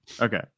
Okay